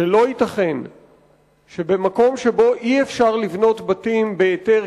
שלא ייתכן שבמקום שבו אי-אפשר לבנות בתים בהיתר,